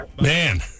Man